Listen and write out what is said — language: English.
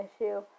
issue